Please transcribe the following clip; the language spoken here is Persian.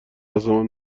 آسمان